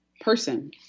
person